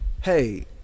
Hey